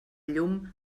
llum